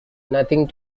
nothing